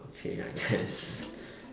okay I guess